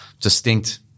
distinct –